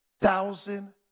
thousand